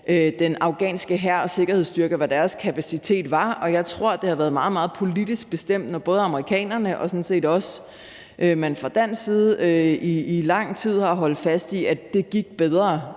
den afghanske hærs og sikkerhedsstyrkers kapacitet var. Og jeg tror, det har været meget, meget politisk bestemt, når både amerikanerne og man sådan set også fra dansk side i lang tid har holdt fast i, at det gik bedre